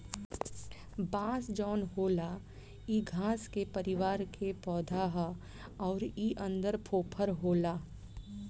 बांस जवन होला इ घास के परिवार के पौधा हा अउर इ अन्दर फोफर होला